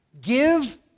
Give